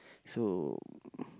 so